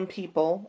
people